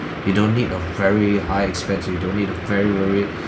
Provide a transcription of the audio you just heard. you don't need a very high expense you don't need a very very